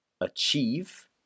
achieve